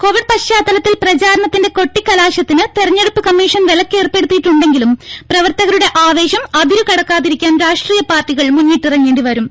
Covid പശ്ചാത്തലത്തിൽ പ്രചാരണത്തിന്റെ കൊട്ടിക്കലാശ ത്തിന് തെരഞ്ഞെടുപ്പ് കമ്മീഷൻ വിലക്കേർപ്പെടുത്തിയെങ്കിലും പ്രവർത്തകരുടെ ആവേശം അതിരു കടക്കാതിരിക്കാൻ രാഷ്ട്രീയ പാർട്ടികൾ മുന്നിട്ടിറങ്ങേണ്ടി വരും